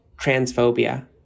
transphobia